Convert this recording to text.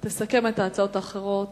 תסכם את ההצעות האחרות